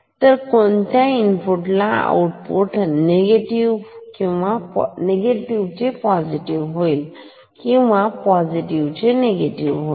तर कोणत्या इनपुट ला आऊटपुट नेगेटिव्ह चे पॉझिटिव्ह होईल आणि पॉझिटिव्ह निगेटिव्ह होईल